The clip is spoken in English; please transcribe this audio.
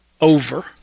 over